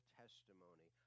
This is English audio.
testimony